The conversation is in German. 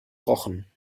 rochen